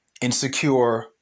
insecure